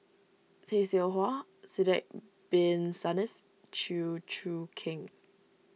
Tay Seow Huah Sidek Bin Saniff Chew Choo Keng